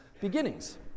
beginnings